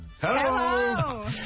Hello